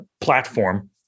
platform